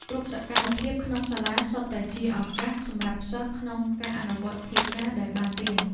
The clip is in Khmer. គ្រប់សកម្មភាពក្នុងសាលាសុទ្ធតែជាឱកាសសម្រាប់សិស្សក្នុងការអនុវត្តភាសាដែលបានរៀន។